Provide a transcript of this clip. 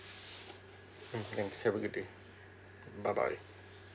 mm thanks have a good day bye bye